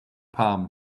palm